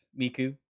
Miku